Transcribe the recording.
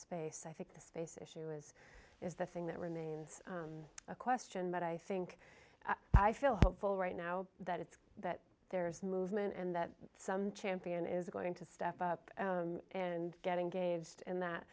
space i think the space issue is is the thing that remains a question but i think i feel hopeful right now that it's that there is movement and that some champion is going to step up and get engaged in that